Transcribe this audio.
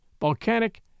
volcanic